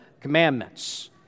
commandments